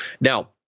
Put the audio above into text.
Now –